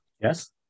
Yes